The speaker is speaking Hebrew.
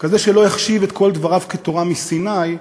כזה שלא החשיב את כל דבריו כתורה מסיני,